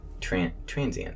Transient